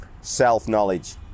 self-knowledge